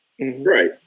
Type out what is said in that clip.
Right